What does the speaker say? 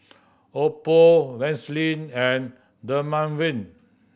Oppo Vaselin and Dermaveen